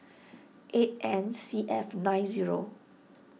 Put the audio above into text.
eight N C F nine zero